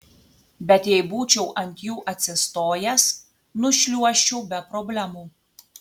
bet jei būčiau ant jų atsistojęs nušliuožčiau be problemų